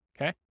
Okay